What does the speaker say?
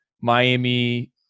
Miami